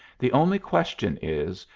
the only question is,